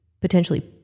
potentially